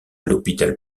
l’hôpital